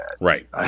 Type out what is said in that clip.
Right